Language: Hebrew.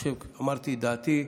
אמרתי את דעתי.